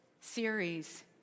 series